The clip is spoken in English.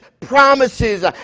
promises